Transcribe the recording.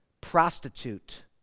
prostitute